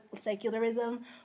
secularism